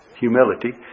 Humility